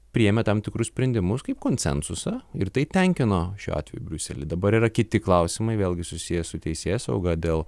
priėmė tam tikrus sprendimus kaip konsensusą ir tai tenkino šiuo atveju briuselį dabar yra kiti klausimai vėlgi susiję su teisėsauga dėl